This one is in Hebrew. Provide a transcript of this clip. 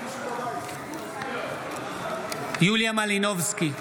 יוליה מלינובסקי,